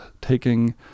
taking